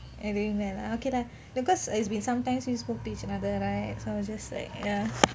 you're doing well ah okay dah because it's been sometime since we spoke to each other right